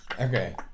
Okay